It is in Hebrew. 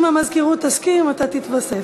אם המזכירות תסכים, אתה תתווסף.